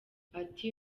ati